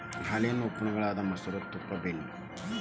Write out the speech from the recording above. ಹಾಲೇನ ಉತ್ಪನ್ನ ಗಳಾದ ಮೊಸರು, ತುಪ್ಪಾ, ಬೆಣ್ಣಿ